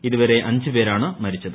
ഇതുവരെ അഞ്ച് പേരാണ് മരിച്ചത്